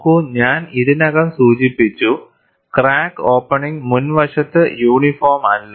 നോക്കൂ ഞാൻ ഇതിനകം സൂചിപ്പിച്ചു ക്രാക്ക് ഓപ്പണിംഗ് മുൻവശത്ത് യൂണിഫോം അല്ല